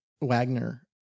Wagner